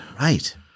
Right